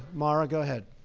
mara, go ahead.